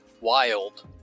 WILD